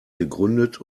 gegründet